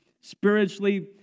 spiritually